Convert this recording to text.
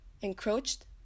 encroached